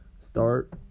start